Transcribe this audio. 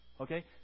Okay